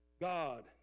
God